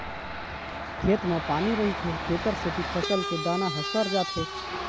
खेत म पानी रहिथे तेखर सेती फसल के दाना ह सर जाथे